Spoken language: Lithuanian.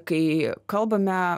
kai kalbame